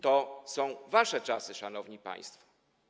To są wasze czasy, szanowni państwo.